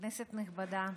כנסת נכבדה,